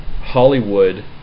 Hollywood